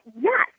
yes